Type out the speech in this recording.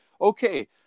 Okay